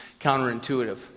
counterintuitive